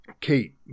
Kate